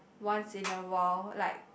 once in a while like